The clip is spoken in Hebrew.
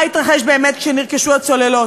מה התרחש באמת כשנרכשו הצוללות.